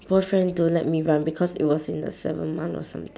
boyfriend don't let me run because it was in the seventh month or something